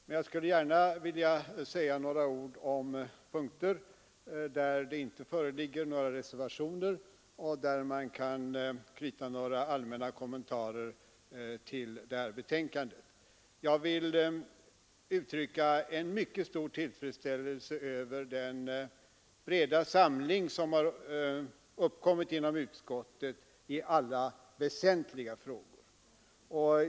Men jag vill gärna ta upp punkter där det inte föreligger reservationer och skall framföra några allmänna kommentarer till betänkandet. Jag vill uttrycka en mycket stor tillfredsställelse över den breda samling som har uppkommit inom utskottet i alla väsentliga frågor.